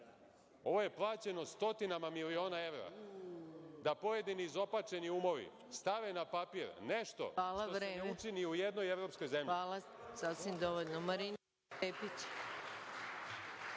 Ovo je plaćeno stotinama miliona evra, da pojedini izopačeni umovi stave na papir nešto što se ne uči ni u jednoj evropskoj zemlji. **Maja Gojković**